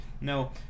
No